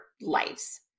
lives